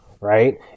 right